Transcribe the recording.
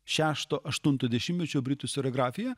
šešto aštunto dešimtmečio britų seragrafiją